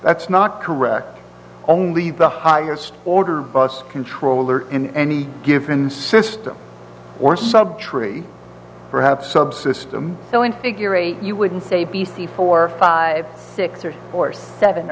that's not correct only the highest order bus controller in any given system or sub tree perhaps subsystem so in figure eight you wouldn't say b c four five six years or seven